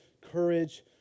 courage